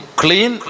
clean